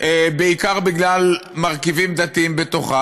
בעיקר בגלל מרכיבים דתיים בתוכה.